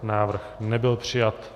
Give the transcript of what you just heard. Návrh nebyl přijat.